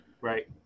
right